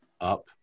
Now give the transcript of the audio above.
up